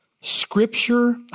Scripture